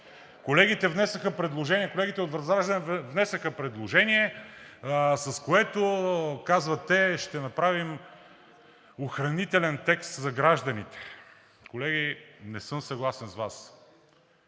Колегите от ВЪЗРАЖДАНЕ внесоха предложение, с което те казват: „Ще направим охранителен текст за гражданите.“ Колеги, не съм съгласен с Вас.